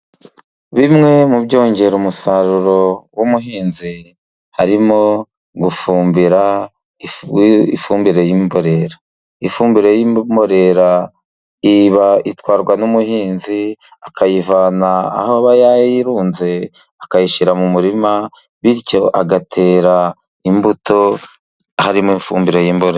Bimwe mu byongera umusaruro w'ubuhinzi, harimo gufumbira, ifumbire y'imborera. Ifumbire y'imborera iba itwarwa n'umuhinzi, akayivana aho yayirunze akayishyira mu murima, bityo agatera imbuto harimo ifumbire y'imborera.